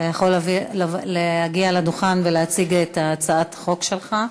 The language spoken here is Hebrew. אתה יכול להגיע לדוכן ולהציג את הצעת החוק שלך,